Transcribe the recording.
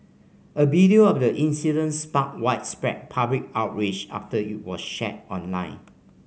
a video of the incidence sparked widespread public outrage after it were shared online